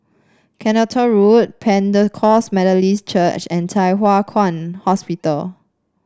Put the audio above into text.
Clacton Road Pentecost Methodist Church and Thye Hua Kwan Hospital